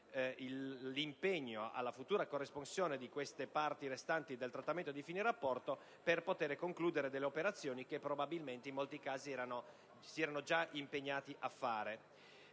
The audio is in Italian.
l'impegno alla futura corresponsione di queste parti restanti del trattamento di fine rapporto per poter concludere delle operazioni che probabilmente in molti casi si erano già impegnati a fare.